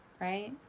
right